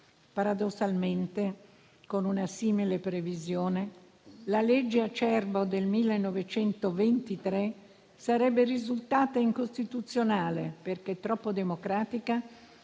Paradossalmente, con una simile previsione, la legge Acerbo del 1923 sarebbe risultata incostituzionale perché troppo democratica,